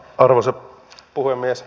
arvoisa puhemies